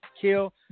kill